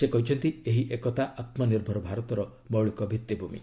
ସେ କହିଛନ୍ତି ଏହି ଏକତା ଆତ୍ମନିର୍ଭର ଭାରତର ମୌଳିକ ଭିଭିଭୂମି